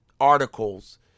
articles